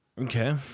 Okay